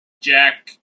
Jack